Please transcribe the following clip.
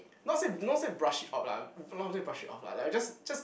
not say not say brush it off lah not say brush it off lah like we just just